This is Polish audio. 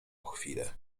chwilę